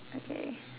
okay